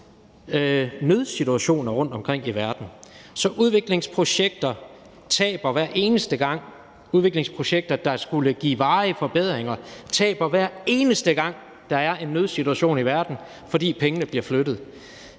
taber hver eneste gang; udviklingsprojekter, der skulle give varige forbedringer, taber, hver eneste gang der er en nødsituation i verden, fordi pengene bliver flyttet.